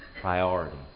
priority